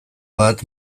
bat